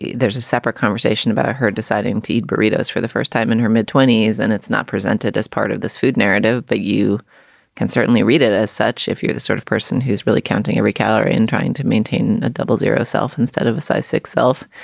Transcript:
there's a separate conversation about her deciding to eat burritos for the first time in her mid twenty s, and it's not presented as part of this food narrative. but you can certainly read it as such. if you're the sort of person who is really counting every calorie in trying to maintain a double zero self instead of a size six self.